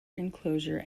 enclosure